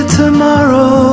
tomorrow